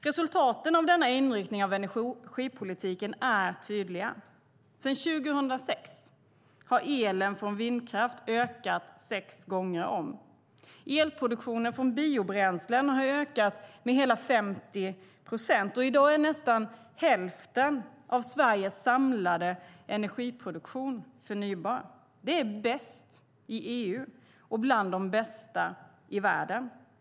Resultaten av denna inriktning av energipolitiken är tydliga. Sedan 2006 har elen från vindkraft ökat sex gånger om, elproduktionen från biobränslen har ökat med hela 50 procent och i dag är nästan hälften av Sveriges samlade energiproduktion förnybar. Det är bäst i EU och bland det bästa i världen.